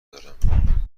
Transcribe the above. دارم